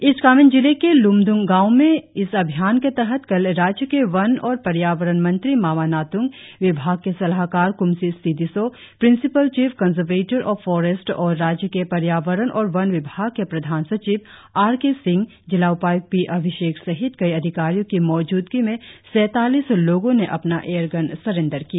east Kameng जिले के ल्मद्रंग गांव में इस अभियान के तहत कल राज्य के वन और पर्यावरण मंत्री मामा नात्ंग विभाग के सलाहकार Kumsi Sidisow principal chief conservator of forest और राज्य के पर्यावरण और वन विभाग के प्रधान सचिव आर के सिंह जिला उपाय्क्त पी अभिषेक सहित कई अधिकारियों की मौजूदगी में सैतालीस लोगों ने अपना एयरगन सरेंडर किया